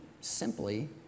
simply